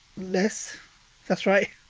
less. if that's right?